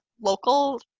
local